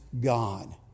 God